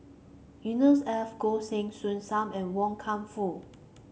Yusnor Ef Goh Heng Soon Sam and Wan Kam Fook